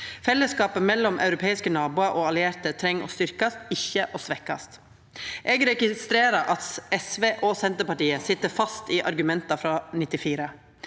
Fellesskapet mellom europeiske naboar og allierte må styrkjast, ikkje svekkjast. Eg registrerer at SV og Senterpartiet sit fast i argument frå 1994,